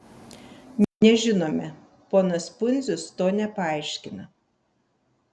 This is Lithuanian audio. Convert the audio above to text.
nežinome ponas pundzius to nepaaiškina